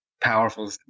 powerful